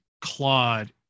Claude